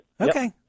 Okay